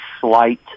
slight